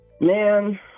Man